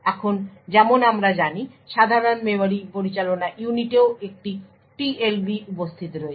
এখন যেমন আমরা জানি সাধারণ মেমরি পরিচালনা ইউনিটেও একটি TLB উপস্থিত রয়েছে